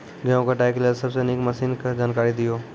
गेहूँ कटाई के लेल सबसे नीक मसीनऽक जानकारी दियो?